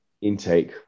Intake